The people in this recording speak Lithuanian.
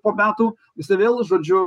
po metų jisai vėl žodžiu